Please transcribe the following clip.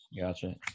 Gotcha